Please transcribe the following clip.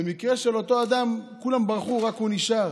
במקרה של אותו אדם, כולם ברחו, רק הוא נשאר.